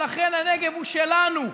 ולכן הנגב הוא שלנו.